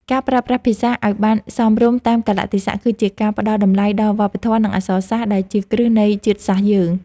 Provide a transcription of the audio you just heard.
ការប្រើប្រាស់ភាសាខ្មែរឱ្យបានសមរម្យតាមកាលៈទេសៈគឺជាការផ្តល់តម្លៃដល់វប្បធម៌ និងអក្សរសាស្ត្រដែលជាគ្រឹះនៃជាតិសាសន៍យើង។